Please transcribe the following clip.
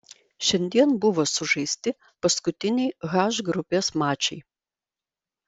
šiandien buvo sužaisti paskutiniai h grupės mačai